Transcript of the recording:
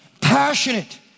passionate